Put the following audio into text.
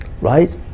right